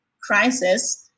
crisis